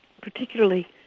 particularly